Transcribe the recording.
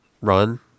run